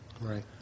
Right